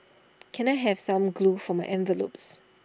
can I have some glue for my envelopes